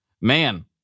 Man